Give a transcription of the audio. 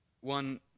One